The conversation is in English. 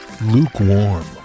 lukewarm